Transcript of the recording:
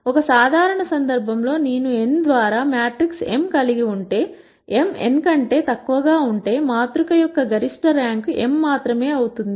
ఒక సాధారణ సందర్భంలో నేను n ద్వారా మ్యాట్రిక్స్ m కలిగి ఉంటే m n కంటే తక్కువగా ఉంటే మాతృక యొక్క గరిష్ట ర్యాంక్ m మాత్రమే అవుతుంది